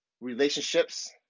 relationships